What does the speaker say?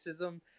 racism